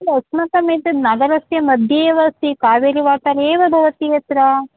अस्माकम् एतत् नगरस्य मध्ये एव अस्ति कावेलीवातारे एव भवति यत्र